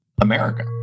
America